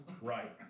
right